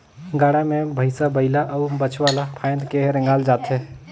गाड़ा मे भइसा बइला अउ बछवा ल फाएद के रेगाल जाथे